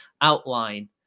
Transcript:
outline